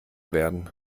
werden